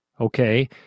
okay